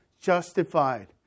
justified